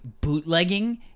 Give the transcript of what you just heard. bootlegging